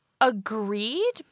Agreed